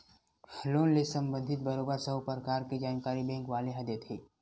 loan ले संबंधित बरोबर सब्बो परकार के जानकारी बेंक वाले ह देथे